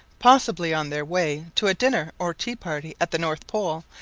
possibly on their way to a dinner or tea party at the north pole,